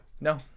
No